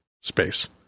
space